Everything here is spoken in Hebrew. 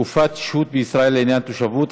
(תקופת שהות בישראל לעניין תושבות),